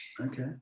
okay